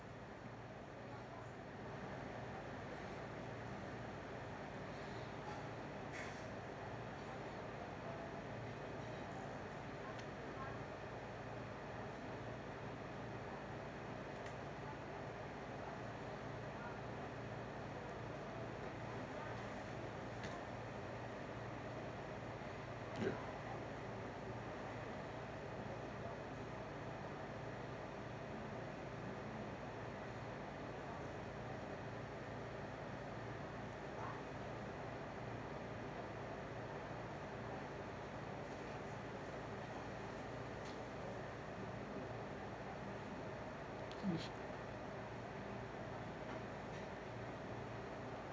hmm